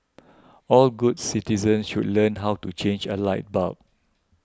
all good citizens should learn how to change a light bulb